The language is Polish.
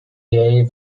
jej